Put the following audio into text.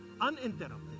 uninterrupted